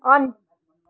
on